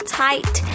tight